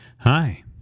Hi